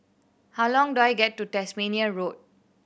how long do I get to Tasmania Road